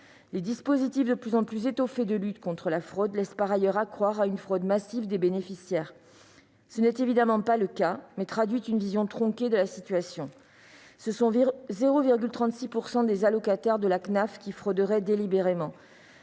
Les dispositifs de plus en plus étoffés de lutte contre la fraude laissent par ailleurs accroire à une fraude massive des bénéficiaires. Ce n'est évidemment pas le cas, mais cela traduit une vision tronquée de la situation. Ce sont 0,36 % des allocataires de la CNAF qui frauderaient délibérément,